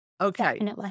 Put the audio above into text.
Okay